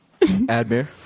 Admir